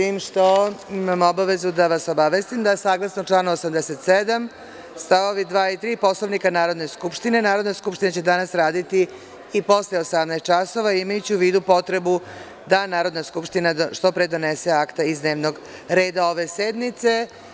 Imam obavezu da vas obavestim da saglasno članu 87. st. 2. i 3. Poslovnika Narodne skupštine, Narodna skupština će danas raditi i posle 18,00 časova, imajući u vidu potrebu da Narodna skupština što pre donese akte iz dnevnog reda ove sednice.